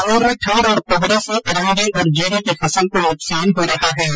जालोर में ठण्ड और कोहरे से अरंडी और जीरे की फसल को नुकसान हो रहा है